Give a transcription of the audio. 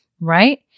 right